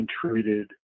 contributed